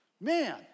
Man